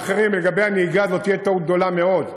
ואחרים, לגבי הנהיגה, זאת תהיה טעות גדולה מאוד.